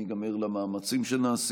אני גם ער למאמצים שנעשים,